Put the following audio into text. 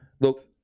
Look